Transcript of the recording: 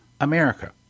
America